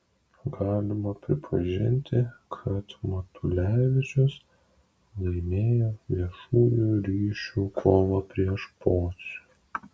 galima pripažinti kad matulevičius laimėjo viešųjų ryšių kovą prieš pocių